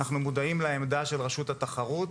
אנחנו מודעים לעמדה של רשות התחרות,